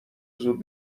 زود